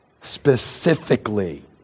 specifically